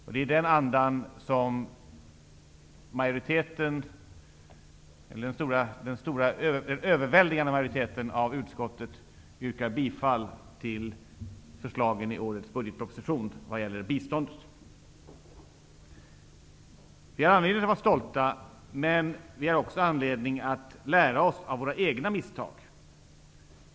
I den andan tillstyrker den överväldigande majoriteten av utskottet förslagen i årets budgetproposition vad gäller biståndet. Vi har anledning att vara stolta, men vi har även anledning att lära oss av våra egna misstag.